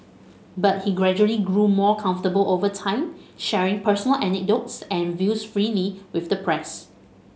but he gradually grew more comfortable over time sharing personal anecdotes and views freely with the press